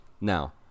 Now